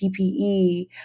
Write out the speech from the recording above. PPE